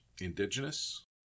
indigenous